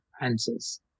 answers